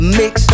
mix